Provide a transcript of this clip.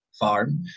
farm